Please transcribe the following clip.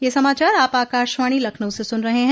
ब्रे क यह समाचार आप आकाशवाणी लखनऊ से सुन रहे हैं